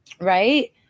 Right